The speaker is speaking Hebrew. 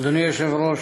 אדוני היושב-ראש,